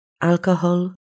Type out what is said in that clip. alcohol